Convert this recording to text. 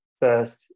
first